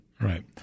Right